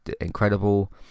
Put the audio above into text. Incredible